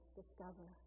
discover